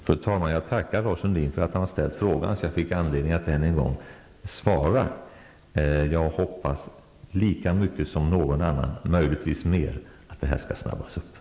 Fru talman! Jag tackar Lars Sundin för att han har ställt frågan så att jag har fått anledning att än en gång svara. Jag hoppas lika mycket som någon annan, möjligtvis mer, att detta skall snabbas på. Tack!